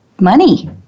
money